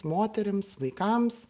moterims vaikams